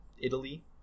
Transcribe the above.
italy